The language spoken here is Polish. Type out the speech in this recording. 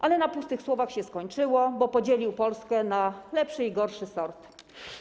Ale na pustych słowach się skończyło, bo podzielił Polskę na lepszy i gorszy sort.